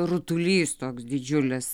rutulys toks didžiulis